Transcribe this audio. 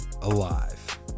alive